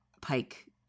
Pike